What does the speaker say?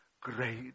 Great